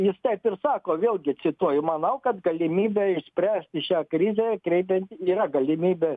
jis taip ir sako vėlgi cituoju manau kad galimybė išspręsti šią krizę kreipiant yra galimybė